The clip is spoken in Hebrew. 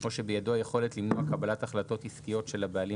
או שבידו היכולת למנוע קבלת החלטות עסקיות של הבעלים